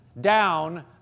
down